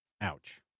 Ouch